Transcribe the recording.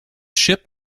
ship